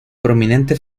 prominente